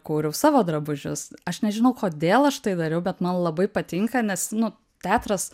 kūriau savo drabužius aš nežinau kodėl aš tai dariau bet man labai patinka nes nu teatras